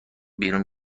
بیرون